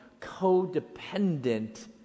codependent